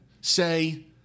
say